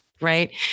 Right